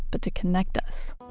but to connect us